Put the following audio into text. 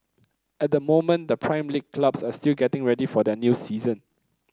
at the moment the Prime League clubs are still getting ready for their new season